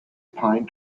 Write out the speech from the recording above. pine